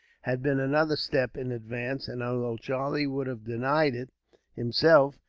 had been another step in advance and, although charlie would have denied it himself,